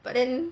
but then